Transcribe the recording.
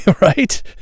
Right